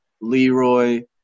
Leroy